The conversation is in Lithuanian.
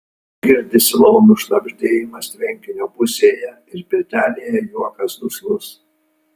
girdisi laumių šnabždėjimas tvenkinio pusėje ir pirtelėje juokas duslus